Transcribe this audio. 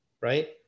Right